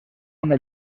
una